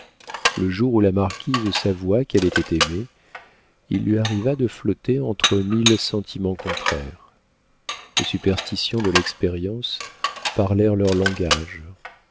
le jour où la marquise s'avoua qu'elle était aimée il lui arriva de flotter entre mille sentiments contraires les superstitions de l'expérience parlèrent leur langage